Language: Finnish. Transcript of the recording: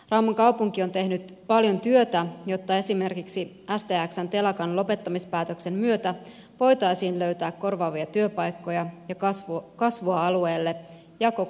rauman kaupunki on tehnyt paljon työtä jotta esimerkiksi stxn telakan lopettamispäätöksen myötä voitaisiin löytää korvaavia työpaikkoja ja kasvua alueelle ja koko seudulle